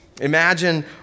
Imagine